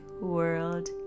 world